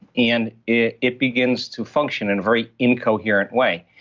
and it it begins to function in a very incoherent way.